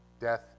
death